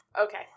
Okay